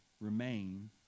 remain